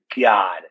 god